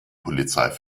polizei